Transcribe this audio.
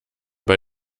bei